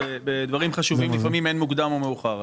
בדברים חשובים לפעמים אין מוקדם או מאוחר,